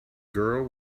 girl